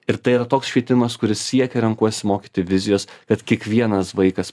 ir tai yra toks švietimas kuris siekia renkuosi mokyti vizijos kad kiekvienas vaikas